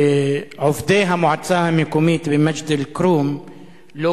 עובדי המועצה המקומית במג'ד-אל-כרום לא